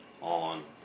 on